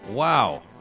Wow